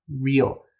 real